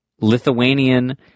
Lithuanian